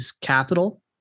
capital